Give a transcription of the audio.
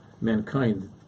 mankind